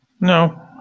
No